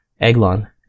Eglon